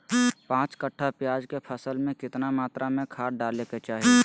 पांच कट्ठा प्याज के फसल में कितना मात्रा में खाद डाले के चाही?